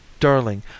Darling